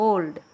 Old